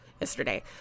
yesterday